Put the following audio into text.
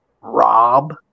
Rob